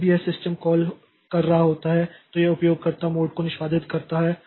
जब भी यह सिस्टम कॉल कर रहा होता है तो यह उपयोगकर्ता मोड को निष्पादित करता है